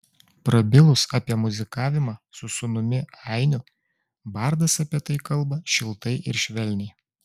prabilus apie muzikavimą su sūnumi ainiu bardas apie tai kalba šiltai ir švelniai